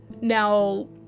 now